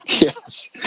yes